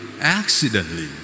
accidentally